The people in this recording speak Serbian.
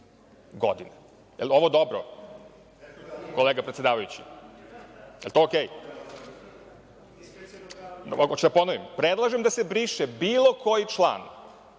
godine. Da li je ovo dobro, kolega predsedavajući? Hoćete da ponovim. Predlažem da se briše bilo koji član